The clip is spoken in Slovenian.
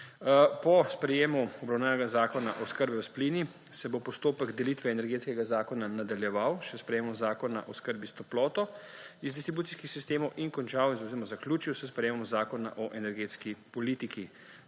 Po sprejetju obravnavanega zakona o oskrbi s plini se bo postopek delitve Energetskega zakona nadaljeval še s sprejetjem zakona o oskrbi s toploto iz distribucijskih sistemov in končal oziroma zaključil s sprejetjem zakona o energetski politiki.